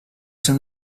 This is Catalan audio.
ser